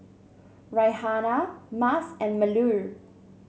Raihana Mas and Melur